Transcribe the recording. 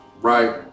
right